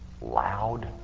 loud